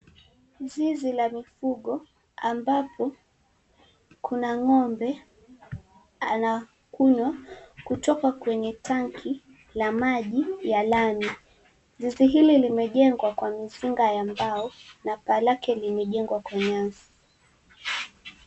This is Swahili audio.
Zizi la mifugo ambapo kuna ng'ombe anakunywa kutoka kwenye rangi ya maji ya lami. Zizi hili limejengwa kwa mizinga ya mbao na paa lake limejengwa kwa nyasi.